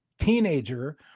teenager